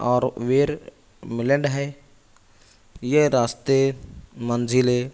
اور ویر ملڈ ہے یہ راستے منزلیں